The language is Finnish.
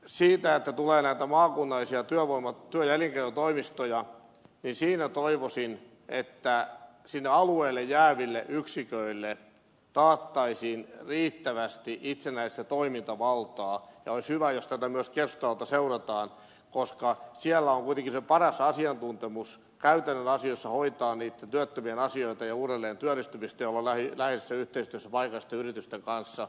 kun tulee näitä maakunnallisia työ ja elinkeinotoimistoja niin toivoisin että sinne alueille jääville yksiköille taattaisiin riittävästi itsenäistä toimintavaltaa ja olisi hyvä jos tätä myös keskustaholta seurattaisiin koska siellä on kuitenkin se paras asiantuntemus käytännön asioissa hoitaa niitten työttömien asioita ja uudelleentyöllistymistä ja olla läheisessä yhteistyössä paikallisten yritysten kanssa